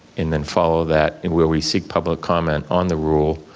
and then follow that where we seek public comment on the rule,